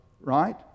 right